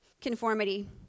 Conformity